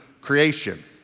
creation